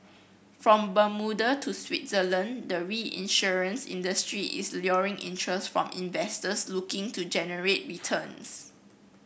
from Bermuda to Switzerland the reinsurance industry is luring interest from investors looking to generate returns